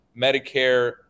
Medicare